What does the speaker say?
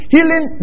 Healing